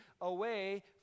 away